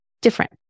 different